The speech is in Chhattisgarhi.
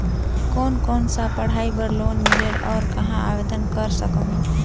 कोन कोन सा पढ़ाई बर लोन मिलेल और कहाँ आवेदन कर सकहुं?